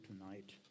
tonight